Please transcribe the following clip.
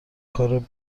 کار